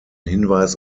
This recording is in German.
hinweis